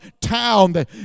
town